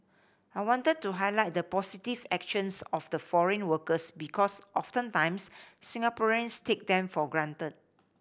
I wanted to highlight the positive actions of the foreign workers because oftentimes Singaporeans take them for granted